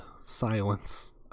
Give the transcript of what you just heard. silence